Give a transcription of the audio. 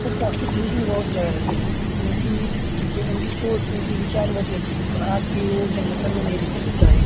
वह positive thinking बहुत ज़्यादा रखती थीं उनकी उनकी सोच उनके विचार बहुत अच्छे थे पर आज के जेनरेशन में वह नहीं दिखाई देता है